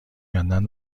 کردن